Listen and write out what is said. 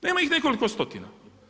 Nema ih nekoliko stotina.